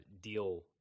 deal